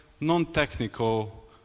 non-technical